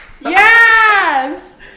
Yes